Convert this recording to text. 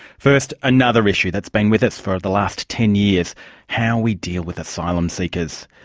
first, another issue that's been with us for the last ten years how we deal with asylum seekers.